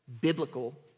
biblical